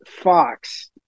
Fox